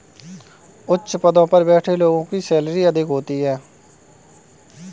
उच्च पदों पर बैठे लोगों की सैलरी अधिक होती है